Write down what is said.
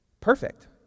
Perfect